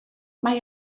mae